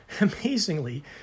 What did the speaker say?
Amazingly